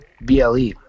BLE